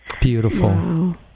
Beautiful